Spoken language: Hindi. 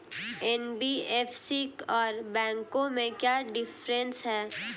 एन.बी.एफ.सी और बैंकों में क्या डिफरेंस है?